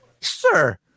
sir